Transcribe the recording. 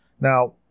Now